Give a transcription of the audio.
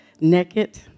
naked